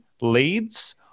leads